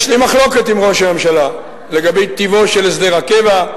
יש לי מחלוקת עם ראש הממשלה לגבי טיבו של הסדר הקבע,